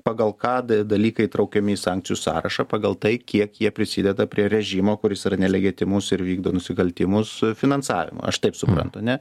pagal ką dalykai įtraukiami į sankcijų sąrašą pagal tai kiek jie prisideda prie režimo kuris yra nelegitimus ir vykdo nusikaltimus finansavimą aš taip suprantu ne